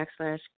backslash